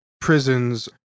prisons